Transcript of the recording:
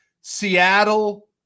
Seattle